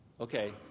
Okay